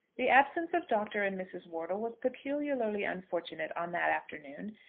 the absence of dr. and mrs. wortle was peculiarly unfortunate on that afternoon,